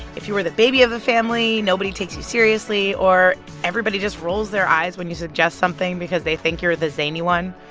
if you were the baby of the family, nobody takes you seriously, or everybody just rolls their eyes when you suggest something because they think you're the zany one.